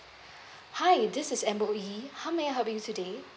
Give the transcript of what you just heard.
hi this is amber yee how may I help you today